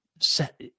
set